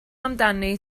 amdani